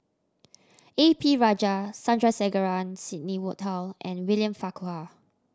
A P Rajah Sandrasegaran Sidney Woodhull and William Farquhar